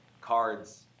cards